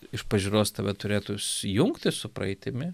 iš pažiūros tave turėtų sujungti su praeitimi